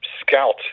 scout